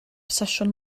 sesiwn